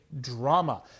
drama